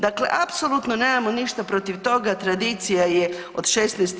Dakle, apsolutno nemamo ništa protiv toga, tradicija je od 16.